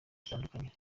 zitandukanye